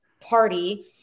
party